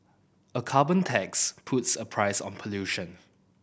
a carbon tax puts a price on pollution